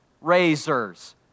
Razors